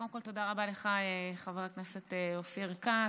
קודם כול, תודה רבה לך, חבר הכנסת אופיר כץ.